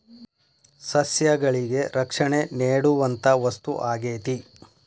ಸಸ್ಯಗಳಿಗೆ ರಕ್ಷಣೆ ನೇಡುವಂತಾ ವಸ್ತು ಆಗೇತಿ